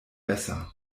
besser